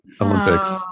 Olympics